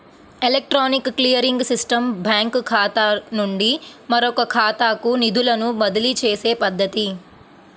electronic clearing system బ్యాంకుఖాతా నుండి మరొకఖాతాకు నిధులను బదిలీచేసే పద్ధతి